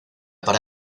para